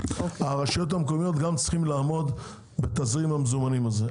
הרשויות המקומיות גם צריכות לעמוד בתזרים המזומנים הזה.